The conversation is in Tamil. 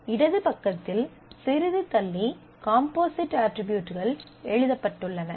இடது பக்கத்தில் சிறிது தள்ளி காம்போசிட் அட்ரிபியூட்கள் எழுதப்பட்டுள்ளன